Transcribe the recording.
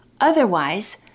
Otherwise